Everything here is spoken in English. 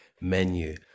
menu